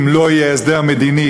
אם לא יהיה הסדר מדיני,